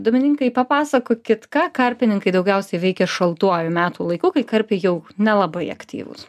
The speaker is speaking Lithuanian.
domininkai papasakokit ką karpininkai daugiausiai veikia šaltuoju metų laiku kai karpiai jau nelabai aktyvūs